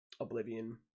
oblivion